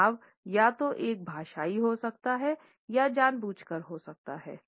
तनाव या तो एक भाषाई हो सकता है या जानबूझकर हो सकता है